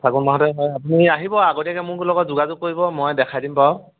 ফাগুন মাহতে হয় আপুনি আহিব আগতীয়াকৈ মোৰ লগত যোগাযোগ কৰিব মই দেখাই দিম বাৰু